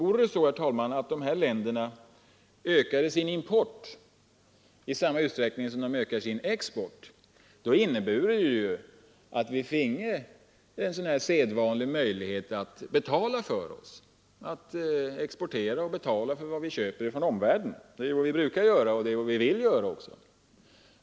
Om de ökade sin import innebure det att vi finge en sedvanlig möjlighet att betala för oss, att exportera och betala vad vi köper från omvärlden som vi brukar och vill göra.